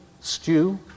stew